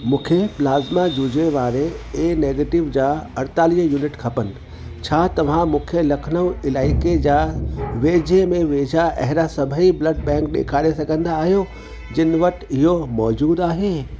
मूंखे प्लाज़मा जुज़े वारे ए नेगिटिव जा अड़तालीअ यूनिट खपनि छा तव्हां मूंखे लखनऊ इलाइके जा वेझे में वेझा अहिड़ा सभई ब्लड बैंक ॾेखारे सघंदा आहियो जिन वटि इहो मौजूद आहे